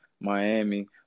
Miami